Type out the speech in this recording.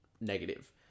negative